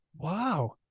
wow